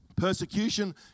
Persecution